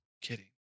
kidding